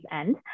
end